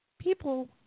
people